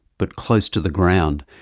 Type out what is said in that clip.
but close to the ground,